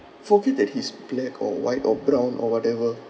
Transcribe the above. forget that he's black or white or brown or whatever